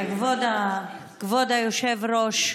כבוד היושב-ראש,